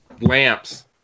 lamps